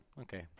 okay